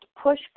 push